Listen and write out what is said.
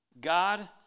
God